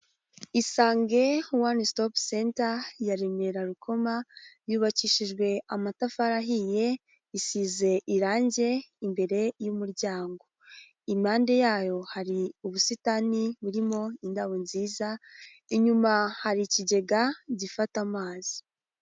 Isange wani sitopu dental ya Remera Rukoma yubakishijwe amatafari ahiye, isize irangi imbere y'umuryango, impande yayo hari ubusitani burimo indabo nziza, inyuma hari ikigega gifata amazi.